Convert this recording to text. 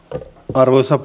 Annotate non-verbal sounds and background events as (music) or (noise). arvoisa (unintelligible)